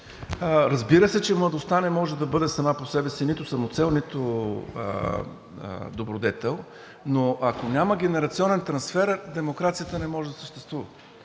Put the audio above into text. Разбира се, че младостта не може да бъде сама по себе си нито самоцел, нито добродетел, но ако няма генерационен трансфер, демокрацията не може да съществува.